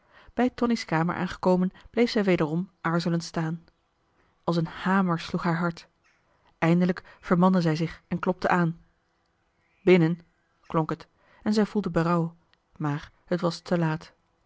bij tonie's kamer aangekomen bleef zij wederom aarzelend staan als een hamer sloeg haar hart eindelijk vermande zij zich en klopte aan binnen klonk het en zij voelde berouw maar het was te laat